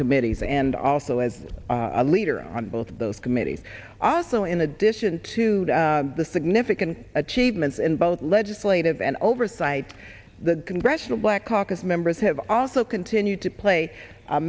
committees and also as a leader on both of those committees also in addition to the significant achievements in both legislative and oversight the congressional black caucus members have also continued to play a